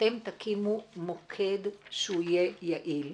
שאתם תקימו מוקד שהוא יהיה יעיל.